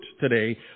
today